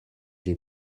les